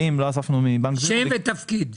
אני סגן מנהל מחלקת שווקים, רשות התחרות.